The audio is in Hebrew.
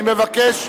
אני מבקש,